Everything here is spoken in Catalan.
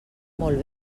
molt